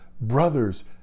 brothers